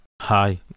Hi